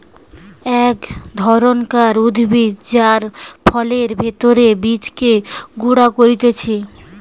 এক ধরণকার উদ্ভিদ যার ফলের ভেতরের বীজকে গুঁড়া করতিছে